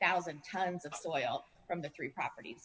thousand tons of soil from the three propert